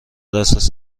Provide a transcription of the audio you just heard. اساس